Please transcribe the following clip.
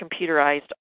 computerized